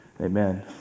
Amen